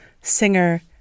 singer